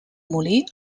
molí